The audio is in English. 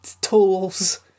tools